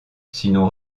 sinon